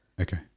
Okay